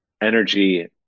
energy